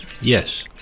yes